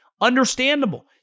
Understandable